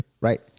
right